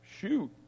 Shoot